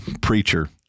preacher